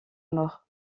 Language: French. mort